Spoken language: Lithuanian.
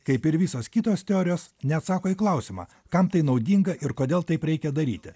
kaip ir visos kitos teorijos neatsako į klausimą kam tai naudinga ir kodėl taip reikia daryti